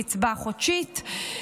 קצבה חודשית.